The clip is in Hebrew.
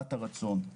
יצירת הרצון,